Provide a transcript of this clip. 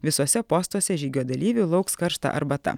visose postuose žygio dalyvių lauks karšta arbata